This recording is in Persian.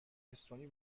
استونی